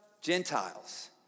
Gentiles